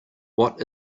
what